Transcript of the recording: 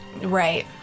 Right